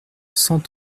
cent